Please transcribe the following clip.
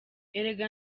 erega